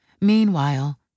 Meanwhile